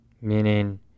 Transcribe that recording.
Meaning